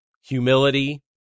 humility